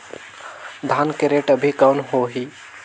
धान के रेट अभी कौन होही?